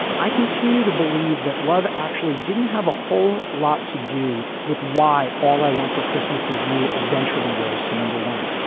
i continue to believe that love actually didn't have a whole lot to do with why all i want for christmas is you eventually rose to number one.